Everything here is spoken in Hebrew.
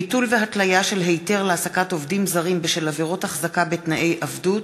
ביטול והתליה של היתר להעסקת עובדים זרים בשל עבירות החזקה בתנאי עבדות,